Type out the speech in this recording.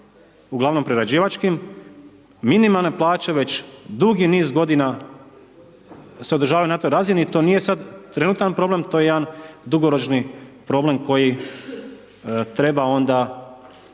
uglavnom prerađivačkim minimalne plaće već dugi niz godina se održavaju na toj razini, to nije sad trenutni problem to je jedan dugoročni problem koji treba onda